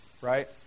Right